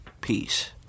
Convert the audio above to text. Peace